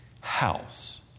house